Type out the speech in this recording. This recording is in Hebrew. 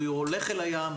הוא הולך אל הים.